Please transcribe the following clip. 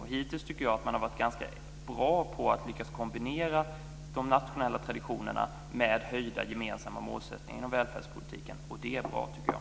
Jag tycker att man hittills har lyckats ganska bra med att kombinera de nationella traditionerna med höjda gemensamma målsättningar inom välfärdspolitiken. Det tycker jag är bra.